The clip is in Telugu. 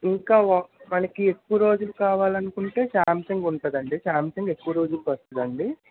ఇంకా వ మనకి ఎక్కువ రోజులు కావాలనుకుంటే శాంసంగ్ ఉంటుంది అండి శాంసంగ్ ఎక్కువ రోజులు పడుతుంది అండి